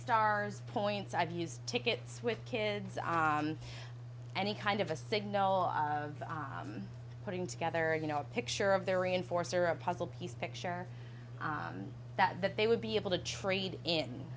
stars points i've used tickets with kids any kind of a signal of putting together a you know a picture of their reinforce or a puzzle piece picture that that they would be able to trade in